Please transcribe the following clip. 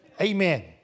Amen